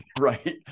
right